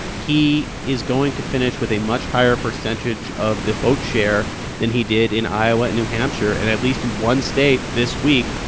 he is going to finish with a much higher percentage of the vote share than he did in iowa and new hampshire. and at least in one state this week,